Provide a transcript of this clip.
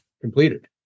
completed